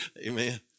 amen